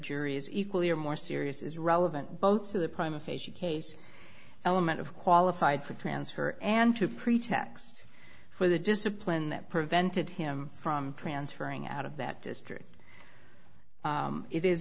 jury is equally or more serious is relevant both to the prime aphasia case element of qualified for transfer and to pretext for the discipline that prevented him from transferring out of that district it is